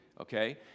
okay